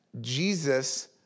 Jesus